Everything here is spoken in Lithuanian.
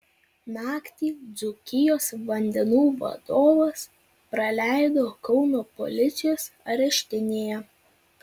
naktį dzūkijos vandenų vadovas praleido kauno policijos areštinėje